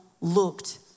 looked